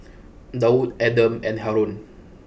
Daud Adam and Haron